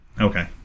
Okay